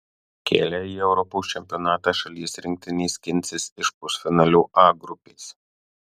kelią į europos čempionatą šalies rinktinė skinsis iš pusfinalio a grupės